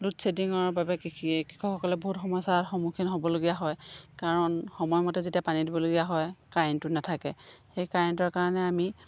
load শ্বেডিঙৰ বাবে কৃষি কৃষকসকলে বহুত সমস্যাৰ সন্মুখীন হ'বলগীয়া হয় কাৰণ সময়মতে যেতিয়া পানী দিবলগীয়া হয় কাৰেণ্টটো নাথাকে সেই কাৰেণ্টৰ কাৰণে আমি